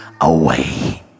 away